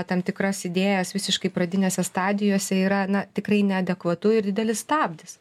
tam tikras idėjas visiškai pradinėse stadijose yra na tikrai neadekvatu ir didelis stabdis